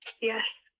yes